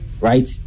right